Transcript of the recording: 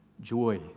joy